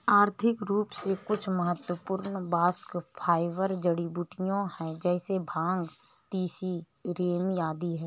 आर्थिक रूप से कुछ महत्वपूर्ण बास्ट फाइबर जड़ीबूटियां है जैसे भांग, तिसी, रेमी आदि है